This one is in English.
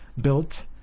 built